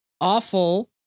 awful